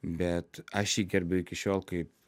bet aš jį gerbiu iki šiol kaip